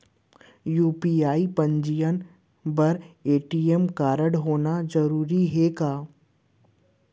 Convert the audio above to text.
UPI पंजीयन बर ATM कारडहोना जरूरी हे का?